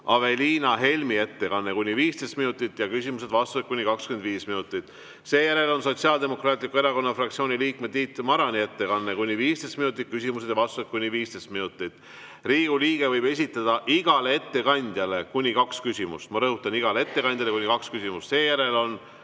Aveliina Helmi ettekanne, see on kuni 15 minutit ja küsimused-vastused on kuni 25 minutit. Seejärel on Sotsiaaldemokraatliku Erakonna fraktsiooni liikme Tiit Marani ettekanne, see on kuni 15 minutit, küsimused ja vastused on kuni 15 minutit. Riigikogu liige võib esitada igale ettekandjale kuni kaks küsimust. Ma rõhutan: igale ettekandjale kuni kaks küsimust. Seejärel on